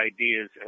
ideas